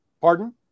pardon